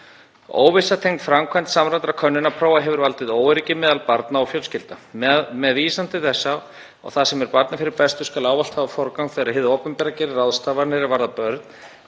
Óvissa tengd framkvæmd samræmdra könnunarprófa hefur valdið óöryggi meðal barna og fjölskyldna. Með vísan til þess að það sem er barni fyrir bestu skal ávallt hafa forgang þegar hið opinbera gerir ráðstafanir er varða börn